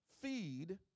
feed